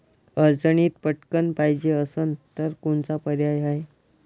अडचणीत पटकण पायजे असन तर कोनचा पर्याय हाय?